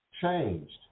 changed